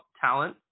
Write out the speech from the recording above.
talent